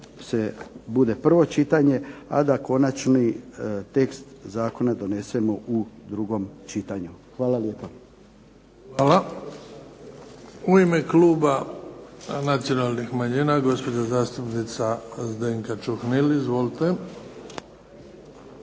da bude čitanje, a da konačni tekst zakona donesemo u drugom čitanju. Hvala lijepa. **Bebić, Luka (HDZ)** Hvala. U ime kluba Nacionalnih manjina, gospođa zastupnica Zdenka Čuhnil. Izvolite.